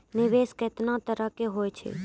निवेश केतना तरह के होय छै?